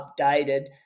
updated